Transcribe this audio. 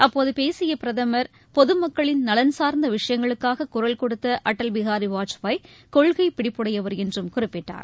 அப்போது பேசிய பிரதமர் பொதுமக்களின் நலன் சார்ந்த விஷயங்களுக்காக சூரல் கொடுத்த அடல் பிகாரி வாஜ்பாய் கொள்கை பிடிப்புடையவர் என்றும் குறிப்பிட்டார்